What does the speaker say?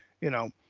you know,